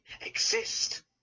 exist